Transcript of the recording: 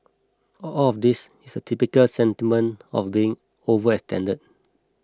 all of this is typical sentiment of being overextended